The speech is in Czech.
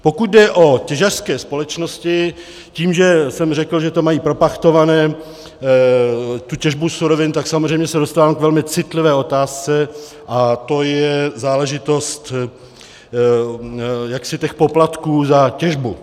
Pokud jde o těžařské společnosti, tím, že jsem řekl, že to mají propachtované, tu těžbu surovin, tak se samozřejmě dostávám k velmi citlivé otázce a to je záležitost těch poplatků za těžbu.